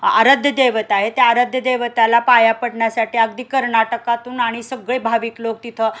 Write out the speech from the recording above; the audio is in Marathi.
आराध्य दैवत आहे त्या आराध्य दैवताला पाया पडण्यासाठी अगदी कर्नाटकातून आणि सगळे भाविक लोक तिथं